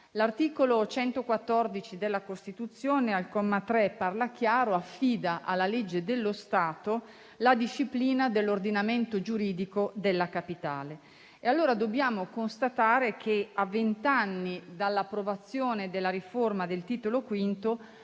L'articolo 114 della Costituzione, al comma 3, parla chiaro: affida alla legge dello Stato la disciplina dell'ordinamento giuridico della Capitale. Dobbiamo allora constatare che, a vent'anni dall'approvazione della riforma del Titolo V,